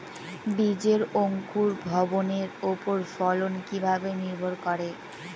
বীজের অঙ্কুর ভবনের ওপর ফলন কিভাবে নির্ভর করে?